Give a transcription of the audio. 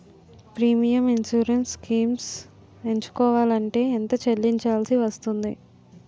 Premium insurance schemes ఎంచుకోవలంటే ఎంత చల్లించాల్సివస్తుంది??